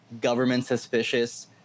government-suspicious